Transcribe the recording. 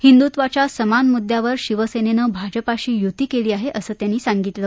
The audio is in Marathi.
हिंदूत्वाच्या समान मुद्यावर शिवसेनेनं भाजपाशी यूती केली आहे असं त्यांनी सांगितलं